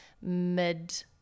mid